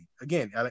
Again